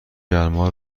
گرما